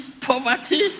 poverty